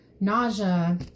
nausea